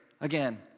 again